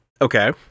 Okay